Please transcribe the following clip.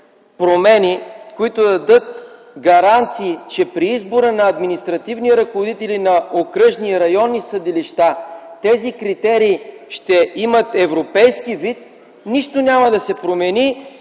промени, които да дадат гаранции, че при избора на административни ръководители на окръжни и районни съдилища тези критерии ще имат европейски вид, нищо няма да се промени